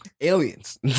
Aliens